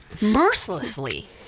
mercilessly